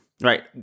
right